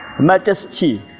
majesty